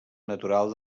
natural